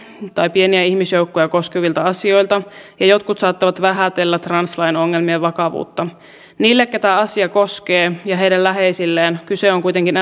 tai pieniä ihmisjoukkoja koskevilta asioilta ja jotkut saattavat vähätellä translain ongelmien vakavuutta niille ketä asia koskee ja heidän läheisilleen kyse on kuitenkin